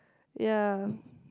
ya